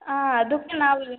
ಆಂ ಅದಕ್ಕೆ ನಾವಿಲ್ಲಿ